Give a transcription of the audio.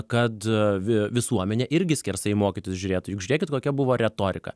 kad vi visuomenė irgi skersai į mokytojus žiūrėtų juk žiūrėkit kokia buvo retorika